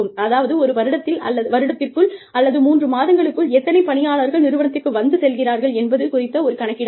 அதாவது ஒரு வருடத்திற்குள் அல்லது மூன்று மாதங்களுக்குள் எத்தனை பணியாளர்கள் நிறுவனத்திற்கு வந்து செல்கிறார்கள் என்பது குறித்த ஒரு கணக்கீடாகும்